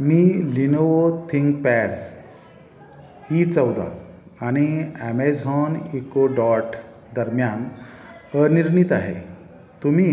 मी Lenovo ThinkPad E चौदा आणि Amazon Echo Dot दरम्यान अनिर्णित आहे तुम्ही